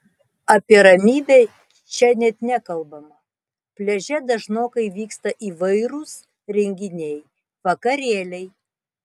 apie ramybę čia net nekalbama pliaže dažnokai vyksta įvairūs renginiai vakarėliai